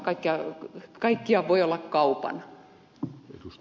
kaikki ei voi olla kaupan